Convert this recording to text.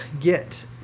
get